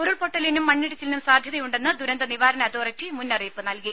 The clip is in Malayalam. ഉരുൾപൊട്ടലിനും മണ്ണിടിച്ചിലിനും സാധ്യതയുണ്ടെന്ന് ദുരന്ത നിവാരണ അതോറിറ്റി മുന്നറിയിപ്പ് നൽകി